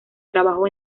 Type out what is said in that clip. trabajó